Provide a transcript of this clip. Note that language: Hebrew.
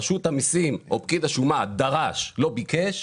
רשות המיסים או פקיד השומה דרש ולא ביקש.